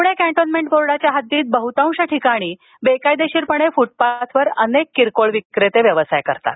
Pune cantonment बोर्डाच्या हद्दीत बहतांश ठिकाणी बेकायदेशीरपणे फुटपाथवर अनेक किरकोळ विक्रेते व्यवसाय करतात